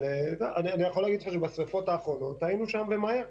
אני יכול להגיד לך שבשרפות האחרונות היינו שם ומהר.